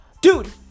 dude